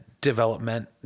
development